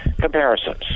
comparisons